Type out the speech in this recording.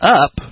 up